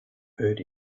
heard